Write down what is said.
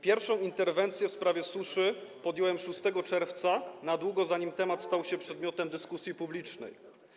Pierwszą interwencję w sprawie suszy podjąłem 6 czerwca, na długo zanim temat stał się przedmiotem dyskusji publicznej.